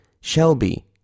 Shelby